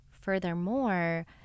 furthermore